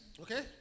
Okay